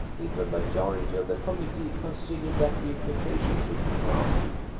if a majority of the committee considered that the application should be granted,